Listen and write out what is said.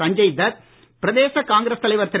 சஞ்சய் தத் பிரதேச காங்கிரஸ் தலைவர் திரு